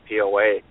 POA